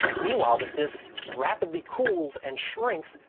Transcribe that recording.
meanwhile, the disk rapidly cools and shrinks,